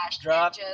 Drop